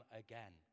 again